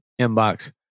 inbox